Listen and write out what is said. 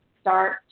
start